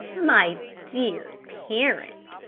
my dear parent,